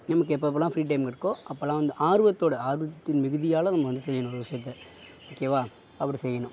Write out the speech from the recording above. நமக்கு எப்போப்பலாம் free time இருக்கோ அப்போல்லாம் வந்து ஆர்வத்தோடு ஆர்வத்தின் மிகுதியால் நம்ம வந்து செய்யணும் ஒரு விஷயத்த ஓகேவா அப்படி செய்யணும்